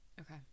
okay